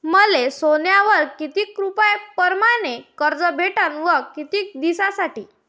मले सोन्यावर किती रुपया परमाने कर्ज भेटन व किती दिसासाठी?